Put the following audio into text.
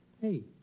Hey